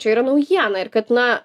čia yra naujiena ir kad na